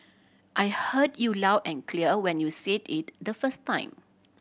I heard you loud and clear when you said it the first time